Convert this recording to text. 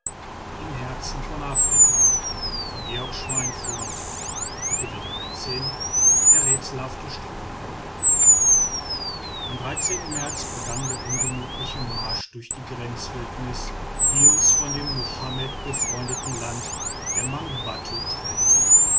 der rätselhafte strom am märz begann der ungemütliche marsch durch die grenzwildnis die uns von dem mohammed befreundeten land der mangbattu trennte